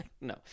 no